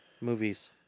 Movies